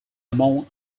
among